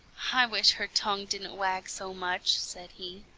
i wish her tongue didn't wag so much, said he.